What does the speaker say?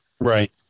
Right